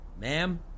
Ma'am